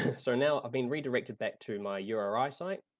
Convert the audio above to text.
so now i've been redirected back to my uri site,